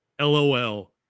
LOL